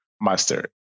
master